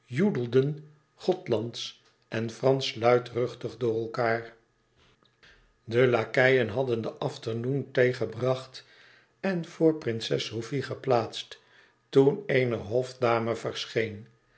gothlandsch en fransch luidruchtig door elkaâr de lakeien hadden de afternoon-tea gebracht en voor prinses sofie geplaatst toen eene hofdame verscheen